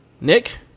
nick